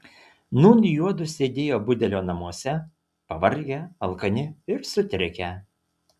nūn juodu sėdėjo budelio namuose pavargę alkani ir sutrikę